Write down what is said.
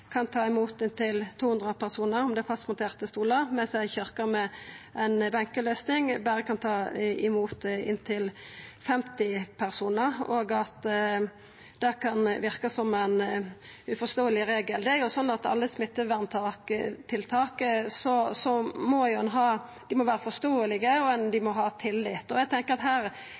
kan ta imot inntil 200 personar om det er fastmonterte stolar, mens ei kyrkje med ei benkeløysing berre kan ta imot inntil 50 personar, og det kan verka som ein uforståeleg regel. Alle smitteverntiltak må vera forståelege og ha tillit. Eg tenkjer at ein her beveger seg på grensa av kva folk der ute eigentleg forstår. Ein